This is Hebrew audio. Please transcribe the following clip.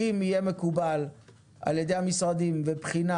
אם יהיה מקובל על ידי המשרדים ובחינה